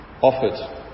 offered